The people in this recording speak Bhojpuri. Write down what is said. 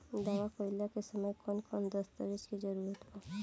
दावा कईला के समय कौन कौन दस्तावेज़ के जरूरत बा?